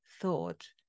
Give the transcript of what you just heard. thought